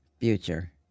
future